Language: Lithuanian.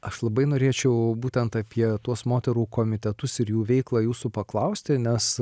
aš labai norėčiau būtent apie tuos moterų komitetus ir jų veiklą jūsų paklausti nes